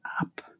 up